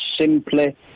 simply